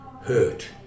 hurt